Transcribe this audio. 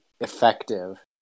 effective